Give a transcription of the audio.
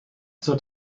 zur